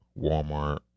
Walmart